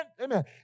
Amen